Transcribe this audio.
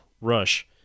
Rush